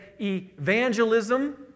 evangelism